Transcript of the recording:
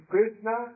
Krishna